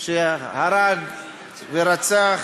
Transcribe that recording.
שהרג ורצח